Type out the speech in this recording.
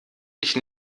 ich